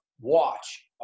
watch